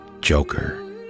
Joker